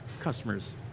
customers